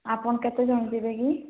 ଆପଣ କେତେ ଯାଏଁ ଯିବେ କି